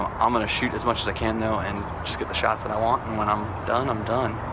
um i'm gonna shoot as much as i can, though, and just get the shots that i want, and when i'm done, i'm done,